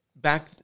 Back